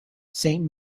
saint